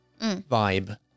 vibe